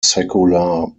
secular